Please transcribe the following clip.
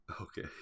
Okay